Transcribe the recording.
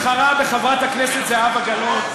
מתחרים בחברת הכנסת זהבה גלאון,